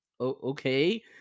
okay